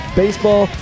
baseball